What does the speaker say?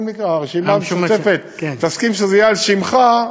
הרשימה המשותפת תסכים שזה יהיה על שמך,